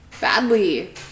Badly